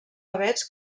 avets